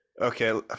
Okay